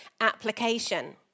application